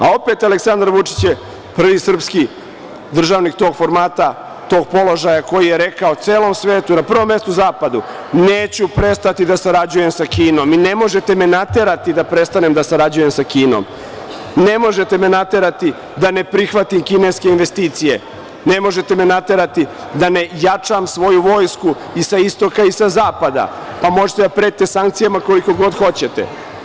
A, opet Aleksandar Vučić prvi srpski državnik tog formata, tog položaja koji je rekao celom svetu, na prvom mestu zapadu – neću prestati da sarađujem sa Kinom i ne možete me naterati da prestanem da sarađujem sa Kinom, ne možete me naterati da ne prihvatim kineske investicije, ne možete me naterati da ne jačam svoju vojsku i sa istoka i sa zapada, pa možete da pretite sankcijama koliko god hoćete.